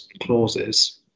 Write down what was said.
clauses